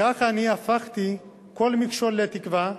כך אני הפכתי כל מכשול לתקווה,